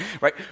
right